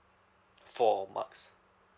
four marks